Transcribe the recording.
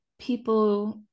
people